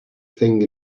thing